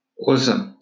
Awesome